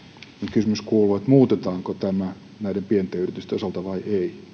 kysymys kuuluu muutetaanko tämä näiden pienten yritysten osalta vai ei